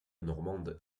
normande